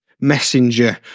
messenger